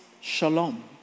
Shalom